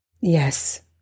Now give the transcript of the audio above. Yes